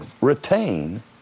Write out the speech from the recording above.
retain